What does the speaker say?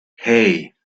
hey